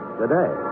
today